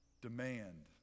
demand